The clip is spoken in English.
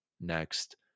next